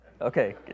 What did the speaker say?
Okay